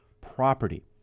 property